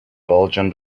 belgian